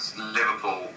Liverpool